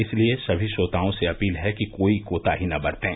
इसलिए समी श्रोताओं से अपील है कि कोई भी कोताही न बरतें